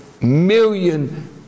million